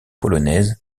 polonaises